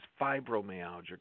fibromyalgia